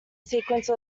sequence